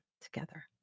together